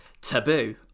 taboo